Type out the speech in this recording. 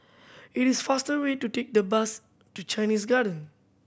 it is faster to take the bus to Chinese Garden